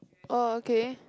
oh okay